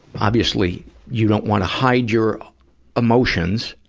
obviously you don't want to hide your ah emotions,